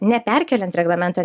neperkeliant reglamento